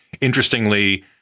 Interestingly